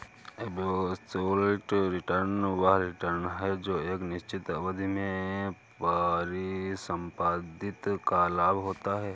absolute return वह return है जो एक निश्चित अवधि में परिसंपत्ति का लाभ होता है